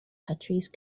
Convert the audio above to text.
patrice